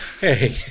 hey